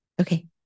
okay